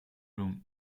room